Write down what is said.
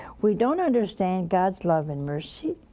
we don't understand god's love and mercy